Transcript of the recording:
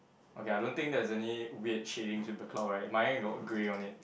okay I don't think there's any weird shadings with the cloud right mine got grey on it